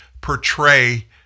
portray